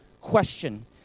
question